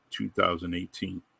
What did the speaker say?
2018